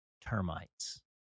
termites